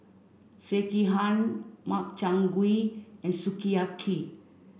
Sekihan Makchang Gui and Sukiyaki